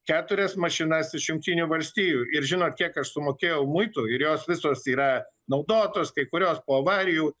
keturias mašinas iš jungtinių valstijų ir žinot kiek aš sumokėjau muitų ir jos visos yra naudotos kai kurios po avarijų